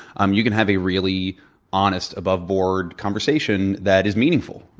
um you can have a really honest, above board conversation that is meaningful.